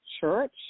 church